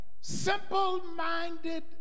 simple-minded